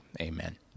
Amen